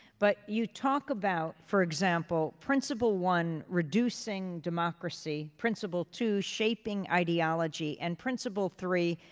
but you talk about, for example, principle one, reducing democracy principle two, shaping ideology and principle three,